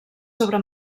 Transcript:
sobre